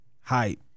Hype